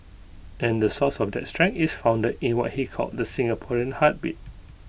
and the source of that strength is founded in what he called the Singaporean heartbeat